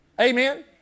Amen